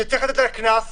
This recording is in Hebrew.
שצריך לתת עליה קנס,